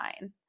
nine